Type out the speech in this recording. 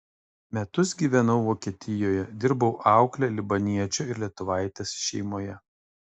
metus gyvenau vokietijoje dirbau aukle libaniečio ir lietuvaitės šeimoje